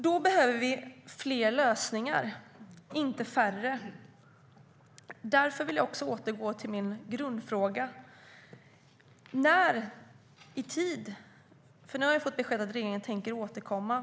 Då behövs det fler lösningar, inte färre. Därmed återgår jag till min grundfråga. Vi har fått besked om att regeringen avser att återkomma.